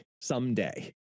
someday